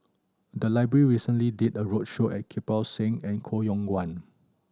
the library recently did a roadshow at Kirpal Singh and Koh Yong Guan